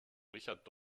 richard